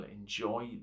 enjoy